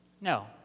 No